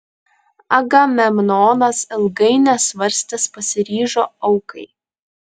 agamemnonas ilgai nesvarstęs pasiryžo aukai